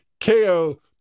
ko